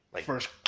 first